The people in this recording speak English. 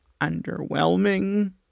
underwhelming